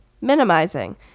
minimizing